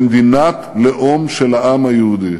למדינת לאום של העם היהודי,